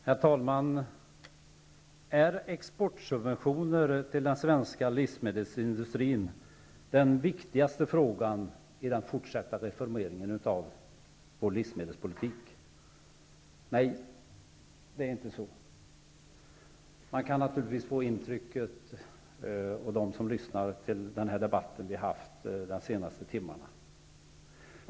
Herr talman! Är exportsubventioner till den svenska livsmedelsindustrin den viktigaste frågan i den fortsatta reformeringen av vår livsmedelspolitik? Nej, det är inte så. Den som lyssnat till de senaste timmarnas debatt kan naturligtvis få det intrycket.